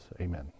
Amen